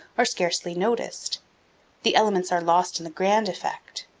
are scarcely noticed the elements are lost in the grand effect,